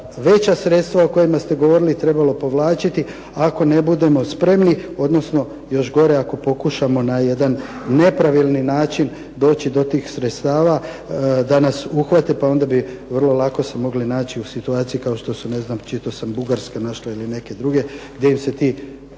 veća sredstva o kojima ste govorili i trebalo povlačiti, ako ne budemo spremni, odnosno još gore ako pokušamo na jedan nepravilni način doći do tih sredstava da nas uhvate, pa onda bi vrlo lako se moći naći u situaciji kao što su ne znam, čitao sam Bugarska, …/Govornik se ne razumije./…